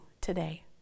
today